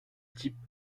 type